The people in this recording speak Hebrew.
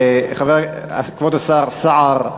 כבוד השר סער,